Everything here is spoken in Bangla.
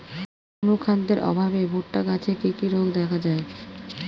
অনুখাদ্যের অভাবে ভুট্টা গাছে কি কি রোগ দেখা যায়?